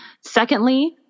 Secondly